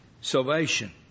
Salvation